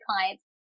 clients